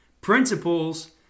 principles